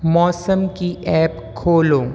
मौसम की ऐप खोलो